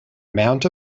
amount